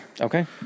Okay